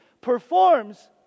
performs